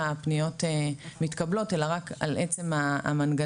הפניות מתקבלות אלא רק על עצם המנגנון.